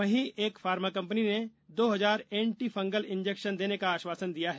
वहीं सनफार्मा ने दो हजार एंटी फंगल इंजेक्शन देने का आश्वासन दिया है